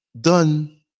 done